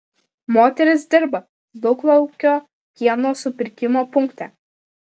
moteris dirba dauglaukio pieno supirkimo punkte